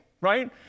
right